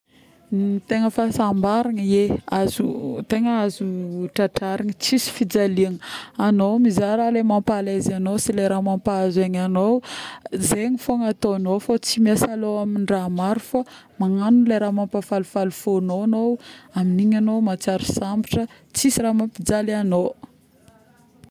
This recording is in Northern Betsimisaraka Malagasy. Tegna fahasambaragna, ie tegna azo trandrahagna, tsisy fijaligna agnao mizara le mampa-a l'aise agnao sy le raha mampahazo aigna agnao, zegny fôgna ataognao fa tsy miasa lôha amin-draha maro fô magnano le raha mampifalifaly ny fôgnao amin'igny egnao mahatsiaro sambatra tsisy raha mampijaly agnao